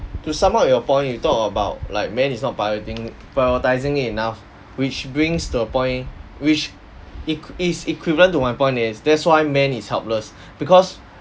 to sum up your point you talk about like man is not prioriti~ prioritizing it enough which brings to a point which eq~ is equivalent to my point is that's why man is helpless because